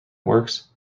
works